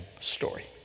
story